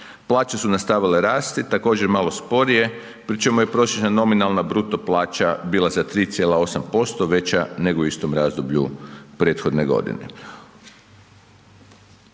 Plaće su nastavile rasti, također malo sporije pri čemu je prosječna nominalna bruto plaća bila za 3,8% veća nego u istom razdoblju prethodne godine.